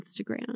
Instagram